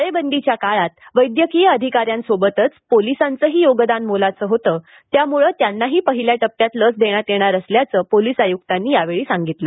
टाळेबंदीच्या काळात वैद्यकीय अधिकाऱ्यांबरोबरच पोलिसांचंही योगदान मोलाचं होतं त्यामुळ त्यांनाही पहिल्या टप्प्यात लस देण्यात येणार असल्याचं पोलीस आयुक्तांनी यावेळी सांगितलं